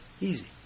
Easy